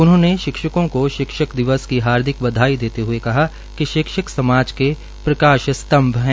उन्होंने शिक्षकों को शिक्षक दिवस की हार्दिक बधाई देते हए कहा कि शिक्षक समाज के प्रकाश स्तम्भ हैं